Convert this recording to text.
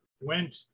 went